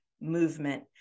movement